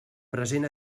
present